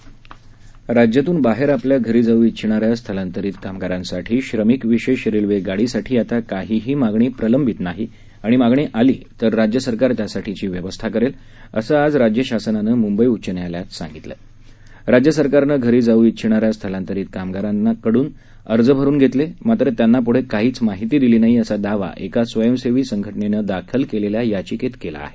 कामवापसी PTI जीवन राज्यातून बाहेर आपल्या घरी जाऊ इच्छिणाऱ्या स्थलांतरित कामगारांसाठी श्रमिक विशेष रेल्वे गाडीसाठी आता काहीही मागणी प्रलंबित नाही आणि मागणी आली तर राज्य सरकार त्यासाठीची व्यवस्था करेल असं आज शासनानं मुंबई उच्च न्यायालयात सांगितलं राज्य सरकारने घरी जाऊ इच्छिणाऱ्या स्थलांतरित कामगारांकडून अर्ज भरुन घेतले मात्र त्यांना पुढं काहीच माहिती दिली नाही असा दावा एका स्वयंसेवी संघटनेनं दाखल केलेल्या याचिकेत केला आहे